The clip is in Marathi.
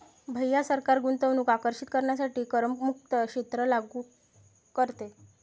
भैया सरकार गुंतवणूक आकर्षित करण्यासाठी करमुक्त क्षेत्र लागू करते